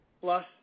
plus